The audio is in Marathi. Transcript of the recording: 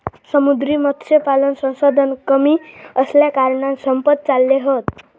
समुद्री मत्स्यपालन संसाधन कमी असल्याकारणान संपत चालले हत